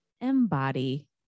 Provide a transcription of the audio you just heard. embody